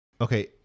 Okay